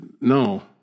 No